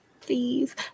Please